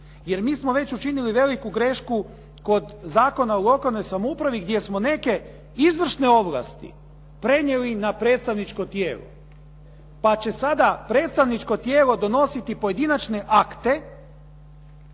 Jer mi smo već učinili veliku grešku kod Zakona o lokalnoj samoupravi gdje smo neke izvršne ovlasti prenijeli na predstavničko tijelo, pa će sada predstavničko tijelo donositi pojedinačne akte,